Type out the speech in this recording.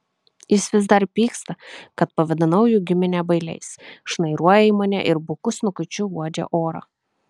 jis vis dar pyksta kad pavadinau jų giminę bailiais šnairuoja į mane ir buku snukučiu uodžia orą